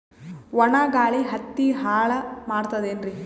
ಒಣಾ ಗಾಳಿ ಹತ್ತಿ ಹಾಳ ಮಾಡತದೇನ್ರಿ?